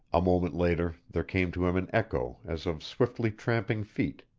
a moment later there came to him an echo as of swiftly tramping feet,